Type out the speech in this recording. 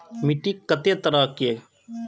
मिट्टी कतेक तरह के?